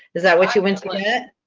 is that what you went looking at?